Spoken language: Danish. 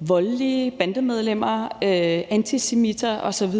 voldelige bandemedlemmer, antisemitter osv.